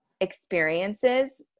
experiences